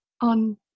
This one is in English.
on